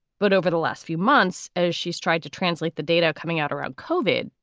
but over the last few months, as she's tried to translate the data coming out or uncovered,